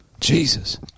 Jesus